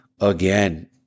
again